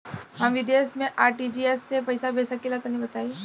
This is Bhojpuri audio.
हम विदेस मे आर.टी.जी.एस से पईसा भेज सकिला तनि बताई?